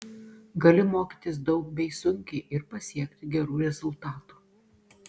gali mokytis daug bei sunkiai ir pasiekti gerų rezultatų